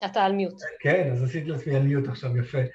אתה על מיוט. כן, אז עשיתי עצמי על מיוט עכשיו, יפה.